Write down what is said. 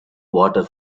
water